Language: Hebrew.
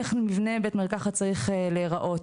איך מבנה בית מרקחת צריך להיראות,